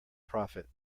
profit